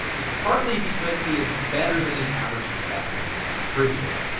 it's partly because he is better than an average contestant at trivia.